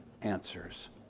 answers